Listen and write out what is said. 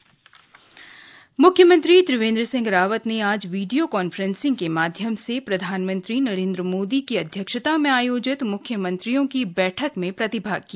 CM बैठक मुख्यमंत्री त्रिवेन्द्र सिंह रावत ने आज वीडियो कांफ्रेंसिग के माध्यम से प्रधानमंत्री नरेन्द्र मोदी की अध्यक्षता में आयोजित मुख्यमंत्रियों की बैठक में प्रतिभाग किया